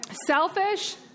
Selfish